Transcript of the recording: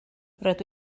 rydw